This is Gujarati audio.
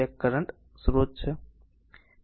તેથી આ કરંટ સ્રોત છે